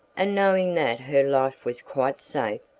and knowing that her life was quite safe,